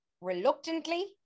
reluctantly